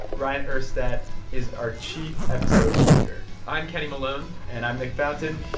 bryant urstadt is our chief episode tweaker i'm kenny malone and i'm nick fountain.